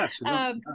Yes